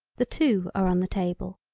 the two are on the table.